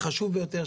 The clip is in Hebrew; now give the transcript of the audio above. החשוב ביותר,